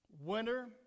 Winter